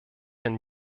herrn